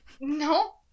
no